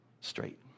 straight